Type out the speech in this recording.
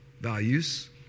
values